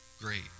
great